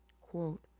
Quote